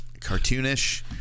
cartoonish